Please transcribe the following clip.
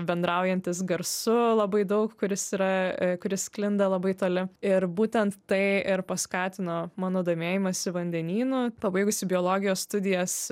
bendraujantys garsu labai daug kuris yra kuris sklinda labai toli ir būtent tai ir paskatino mano domėjimąsi vandenynu pabaigusi biologijos studijas